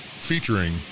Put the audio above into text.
featuring